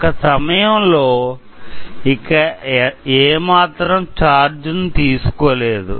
ఒక సమయం లో ఇక ఏమాత్రం ఛార్జ్ ను తీసుకోలేదు